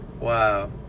Wow